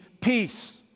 peace